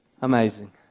Amazing